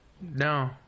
No